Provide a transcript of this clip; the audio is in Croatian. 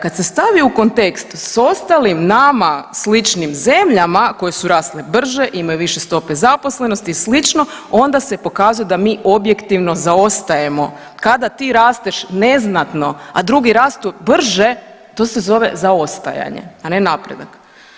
Kad se stavi u kontekst sa ostalim nama sličnim zemljama koje su rasle brže imaju više stope zaposlenosti ili slično, onda se pokazuje da mi objektivno zaostajemo kada ti rasteš neznatno, a drugi rastu brže to se zove zaostajanje, a ne napredak.